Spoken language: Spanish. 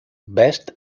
best